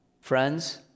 Friends